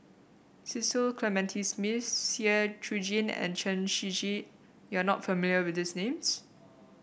Cecil Clementi Smith Seah Eu Chin and Chen Shiji you are not familiar with these names